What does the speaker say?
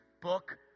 book